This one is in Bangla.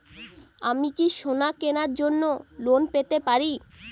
আমি কি সোনা কেনার জন্য লোন পেতে পারি?